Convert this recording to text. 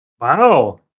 Wow